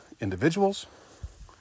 individuals